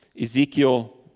Ezekiel